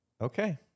Okay